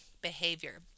behavior